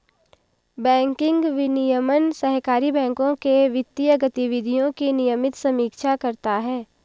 banking विनियमन सहकारी बैंकों के वित्तीय गतिविधियों की नियमित समीक्षा करता है